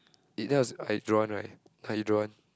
it that was hydron right hydron